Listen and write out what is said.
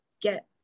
get